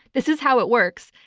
this is how it works.